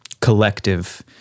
collective